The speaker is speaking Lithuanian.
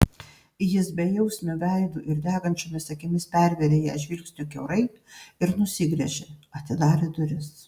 jis bejausmiu veidu ir degančiomis akimis pervėrė ją žvilgsniu kiaurai ir nusigręžė atidarė duris